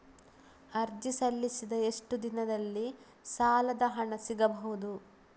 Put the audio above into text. ಅರ್ಜಿ ಸಲ್ಲಿಸಿದ ಎಷ್ಟು ದಿನದಲ್ಲಿ ಸಾಲದ ಹಣ ಸಿಗಬಹುದು?